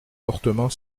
fortement